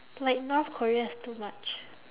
like north korea is too much